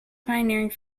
pioneering